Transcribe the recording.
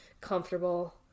comfortable